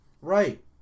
right